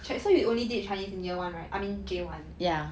checks so you only did chinese in year one right I mean J one